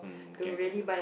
um can can